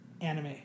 Anime